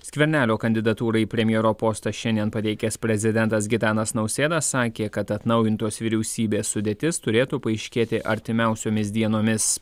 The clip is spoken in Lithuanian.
skvernelio kandidatūrą į premjero postą šiandien pateikęs prezidentas gitanas nausėda sakė kad atnaujintos vyriausybės sudėtis turėtų paaiškėti artimiausiomis dienomis